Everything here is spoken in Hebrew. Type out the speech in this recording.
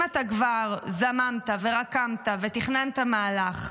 אם כבר זממת, רקמת ותכננת מהלך,